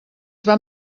van